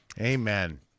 Amen